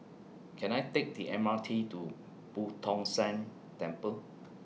Can I Take The M R T to Boo Tong San Temple